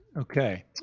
Okay